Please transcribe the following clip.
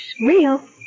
real